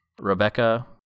Rebecca